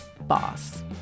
boss